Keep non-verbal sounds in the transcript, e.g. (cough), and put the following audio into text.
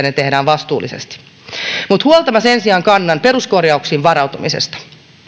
(unintelligible) ne tehdään vastuullisesti huolta minä sen sijaan kannan peruskorjauksiin varautumisesta